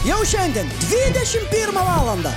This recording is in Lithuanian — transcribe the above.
jau šiandien dvidešimt pirmą valandą